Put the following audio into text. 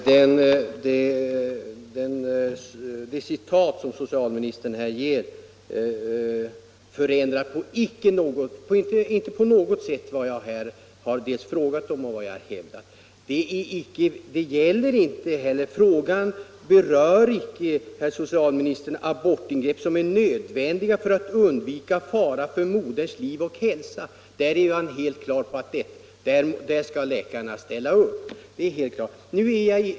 Herr talman! Det citat som socialministern här gör förändrar inte på något sätt min fråga eller min argumentation. Min fråga berör icke, herr socialminister, fall som gäller ”abortingrepp som är nödvändiga för att undvika fara för moderns liv eller hälsa”. Att läkare skall ställa upp i sådana fall är helt klart.